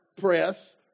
press